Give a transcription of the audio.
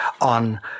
On